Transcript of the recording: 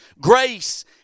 Grace